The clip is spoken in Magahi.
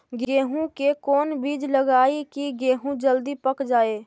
गेंहू के कोन बिज लगाई कि गेहूं जल्दी पक जाए?